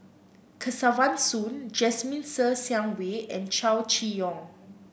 Kesavan Soon Jasmine Ser Xiang Wei and Chow Chee Yong